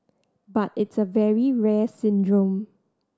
but it's a very rare syndrome